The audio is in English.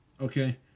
okay